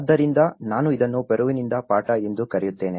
ಆದ್ದರಿಂದ ನಾನು ಇದನ್ನು ಪೆರುವಿನಿಂದ ಪಾಠ ಎಂದು ಕರೆಯುತ್ತೇನೆ